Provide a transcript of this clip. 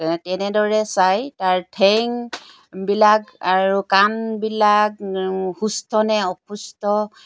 তেনেদৰে চাই তাৰ ঠেংবিলাক আৰু কাণবিলাক সুস্থ নে অসুস্থ